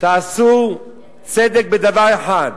תעשו צדק בדבר אחד,